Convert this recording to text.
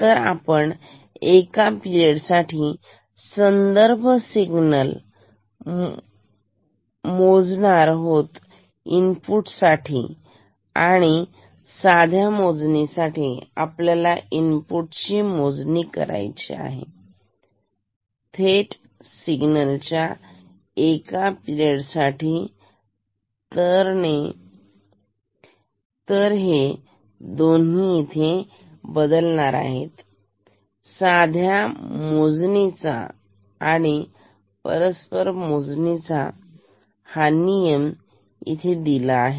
तर आपण एका पिरड साठी संदर्भ सिग्नल मोजणारा होत इनपुट साठी आणि साध्या मोजणीसाठी आपल्याला इनपुट ची मोजणी करायचे आहे गेट सिग्नलच्या एका पिरड साठी तर हे दोन्ही इथे बदलणार आहेत साध्या मोजणीचा आणि परस्पर मोजणीचा नियम इथे दिला आहे